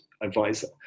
advisor